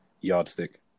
yardstick